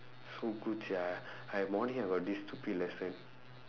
so good sia I morning I got this stupid lesson